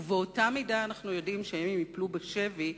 ובאותה מידה אנחנו יודעים שאם הם ייפלו בשבי,